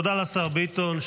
תודה לשר ביטון.